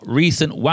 recent